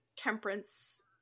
Temperance